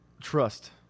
trust